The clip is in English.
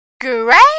Great